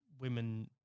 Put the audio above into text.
women